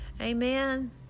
Amen